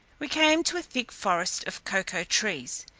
we came to a thick forest of cocoa-trees,